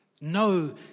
No